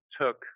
took